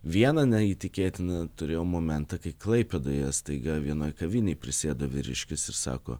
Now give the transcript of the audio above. vieną neįtikėtiną turėjau momentą kai klaipėdoje staiga vienoj kavinėj prisėdo vyriškis ir sako